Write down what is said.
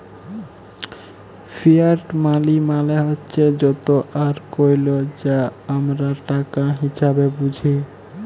fiat মালি মালে হছে যত আর কইল যা আমরা টাকা হিসাঁবে বুঝি